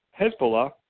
Hezbollah